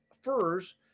furs